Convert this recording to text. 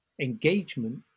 Engagement